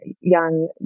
young